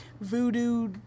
voodoo